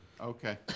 Okay